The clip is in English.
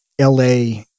LA